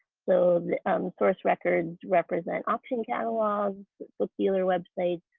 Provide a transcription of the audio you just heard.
so the source records represent auction catalogs, bookseller websites,